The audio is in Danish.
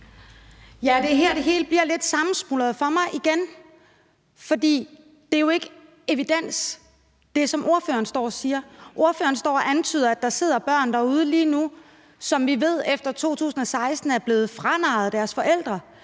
(M): Det er her, det hele bliver lidt sammenkludret for mig igen, for det, som ordføreren står og siger, er jo ikke evident. Ordføreren står og antyder, at der sidder børn derude lige nu, som vi ved efter 2016 er blevet narret fra deres forældre.